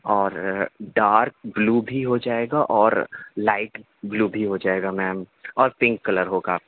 اور dark blue بھی ہو جائے گا اور لائٹ بلو بھی ہو جائے گا میم اور پنک کلر ہوگا